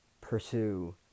pursue